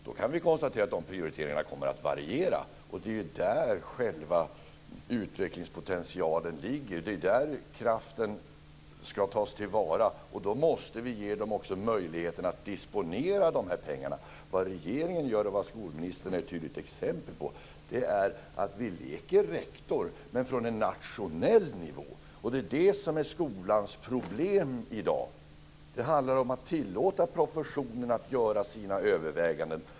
Då kan vi konstatera att dessa prioriteringar kommer att variera. Det är ju där själva utvecklingspotentialen ligger. Det är ju där kraften ska tas till vara. Och då måste vi också ge dem möjligheten att disponera dessa pengar. Vad regeringen gör och vad skolministern är ett tydligt exempel på är att man leker rektor men från en nationell nivå. Och det är det som är skolans problem i dag. Det handlar om att tillåta professionen att göra sina överväganden.